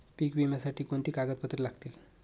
पीक विम्यासाठी कोणती कागदपत्रे लागतील?